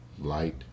light